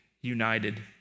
united